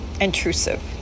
intrusive